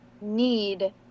need